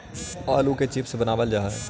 आलू के चिप्स बनावल जा हइ